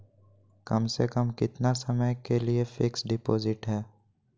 कम से कम कितना समय के लिए फिक्स डिपोजिट है?